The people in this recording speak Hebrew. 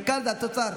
וכאן זה התוצר.